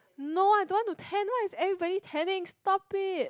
no I don't want to tan why is everybody tanning stop it